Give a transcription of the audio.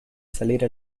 salir